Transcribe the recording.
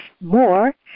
more